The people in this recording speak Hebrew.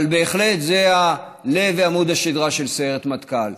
אבל בהחלט זה הלב ועמוד השדרה של סיירת מטכ"ל.